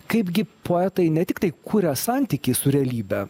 kaipgi poetai ne tiktai kuria santykį su realybe